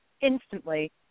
Instantly